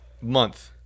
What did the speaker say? Month